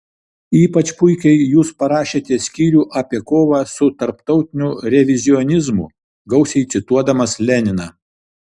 ypač puikiai jūs parašėte skyrių apie kovą su tarptautiniu revizionizmu gausiai cituodamas leniną